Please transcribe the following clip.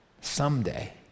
Someday